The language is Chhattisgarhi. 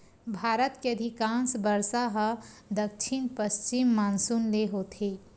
भारत के अधिकांस बरसा ह दक्छिन पस्चिम मानसून ले होथे